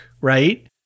right